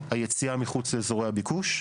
היציאה מחוץ לאזורי הביקוש,